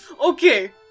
Okay